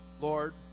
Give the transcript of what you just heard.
Lord